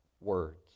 words